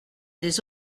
des